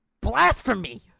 blasphemy